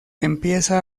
empieza